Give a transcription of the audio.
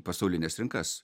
pasaulines rinkas